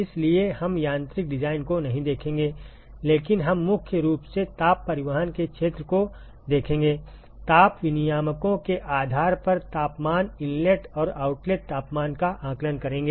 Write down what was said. इसलिए हम यांत्रिक डिजाइन को नहीं देखेंगे लेकिन हम मुख्य रूप से ताप परिवहन के क्षेत्र को देखेंगे ताप विनिमायकों के आधार पर तापमान इनलेट और आउटलेट तापमान का आकलन करेंगे